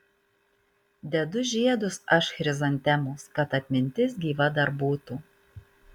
dedu žiedus aš chrizantemos kad atmintis gyva dar būtų